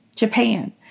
Japan